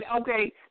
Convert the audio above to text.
Okay